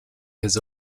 his